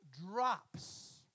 drops